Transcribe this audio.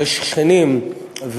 ויש שכנים,